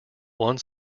one